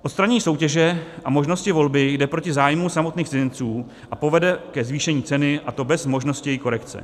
Odstranění soutěže a možnosti volby jde proti zájmu samotných cizinců a povede ke zvýšení ceny, a to bez možnosti její korekce.